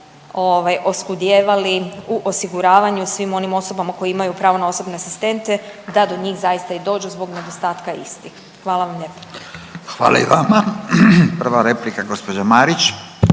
oskudijevali u osiguravanju svim onim osobama koje imaju pravo na osobne asistente da do njih zaista i dođu zbog nedostatka istih, hvala vam lijepa. **Radin, Furio